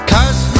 Cause